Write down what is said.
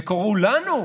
וקראו לנו: